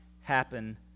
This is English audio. happen